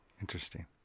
Interesting